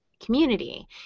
community